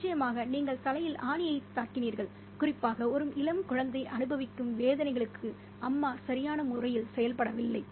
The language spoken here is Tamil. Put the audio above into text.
நிச்சயமாக நீங்கள் தலையில் ஆணியைத் தாக்கினீர்கள் குறிப்பாக ஒரு இளம் குழந்தை அனுபவிக்கும் வேதனைகளுக்கு அம்மா சரியான முறையில் செயல்படவில்லை